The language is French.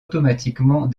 automatiquement